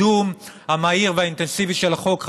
חבר הכנסת אלי אלאלוף על הקידום המהיר והאינטנסיבי של החוק.